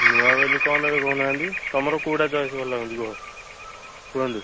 ନୂଆ ମୋବାଇଲ କ'ଣ ନେବେ କହୁନାହାନ୍ତି ତମର କେଉଁଟା ଚୟସ ଭଲ ଭଲ ଲାଗୁଛି କୁହ କୁହନ୍ତୁ